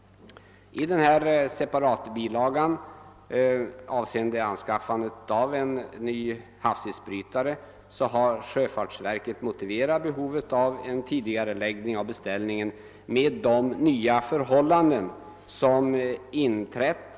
skaffande av en ny havsisbrytare, har sjöfartsverket motiverat behovet av en tidigareläggning av beställningen med de nya förhållanden som inträtt.